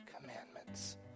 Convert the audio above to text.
commandments